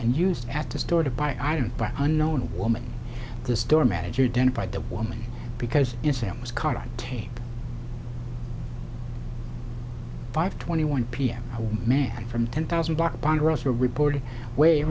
and used at the store to buy iron but unknown woman the store manager didn't buy the woman because in sam's caught on tape five twenty one p m a man from ten thousand block ponderosa reported way